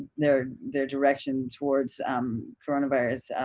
their their direction towards um coronavirus,